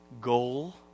goal